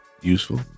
useful